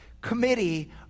committee